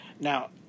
now